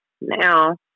now